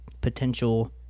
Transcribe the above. potential